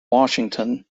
washington